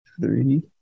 three